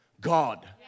God